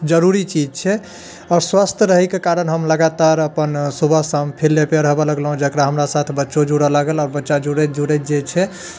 जरूरी चीज छै आओर स्वस्थ रहै कऽ कारण हम लगातार अपन सुबह शाम फील्डे पे रहबऽ लगलहुँ जकरा हमरा साथ बच्चो जुड़ऽ लागल आ बच्चा जुड़ैत जुड़ैत जे छै